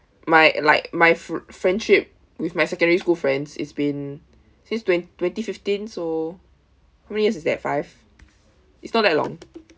my like my f~ friendship with my secondary school friends it's been since twenty twenty fifteen so how many years is that five it's not that long